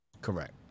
Correct